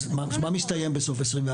מה מסתיים בסוף 2024?